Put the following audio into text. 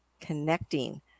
connecting